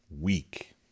Week